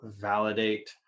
validate